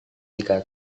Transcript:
jika